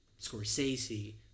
Scorsese